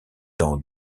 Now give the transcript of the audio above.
dans